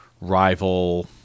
rival